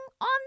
on